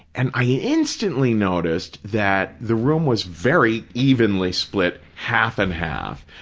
and i instantly noticed that the room was very evenly split half and half.